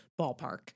ballpark